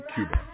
Cuba